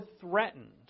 threatened